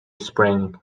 spring